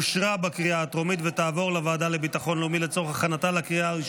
לוועדה לביטחון לאומי נתקבלה.